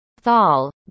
thal